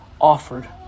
offered